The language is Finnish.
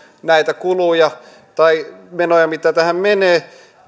näitä kuluja tai menoja mitä tähän menee